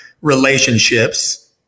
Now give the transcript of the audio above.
relationships